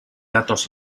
datos